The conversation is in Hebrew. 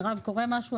מירב, קורה משהו?